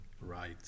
right